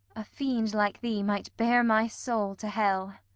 a fiend like thee might bear my soul to hell.